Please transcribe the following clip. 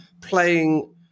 playing